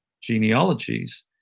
genealogies